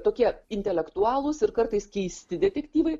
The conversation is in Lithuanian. tokie intelektualūs ir kartais keisti detektyvai